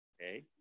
Okay